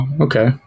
Okay